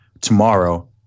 tomorrow